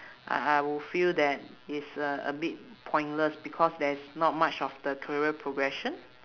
I I will feel that it's a a bit pointless because there's not much of the career progression